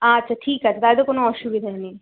আচ্ছা ঠিক আছে তাহলে তো কোনো অসুবিধা নেই